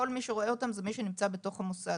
כל מי שרואה אותם זה מי שנמצא בתוך המוסד.